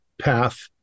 path